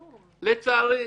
לצערי,